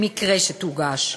במקרה שתוגש.